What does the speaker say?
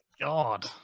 God